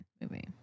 movie